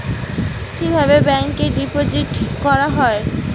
কিভাবে ব্যাংকে ডিপোজিট করা হয়?